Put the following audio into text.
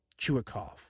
Chuikov